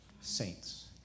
saints